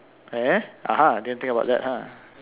eh ah ha didn't think about that !huh!